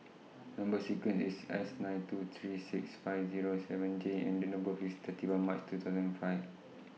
Number sequence IS S nine two three six five Zero seven J and Date of birth IS thirty one March two thousand five